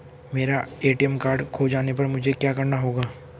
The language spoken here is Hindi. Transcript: मेरा ए.टी.एम कार्ड खो जाने पर मुझे क्या करना होगा?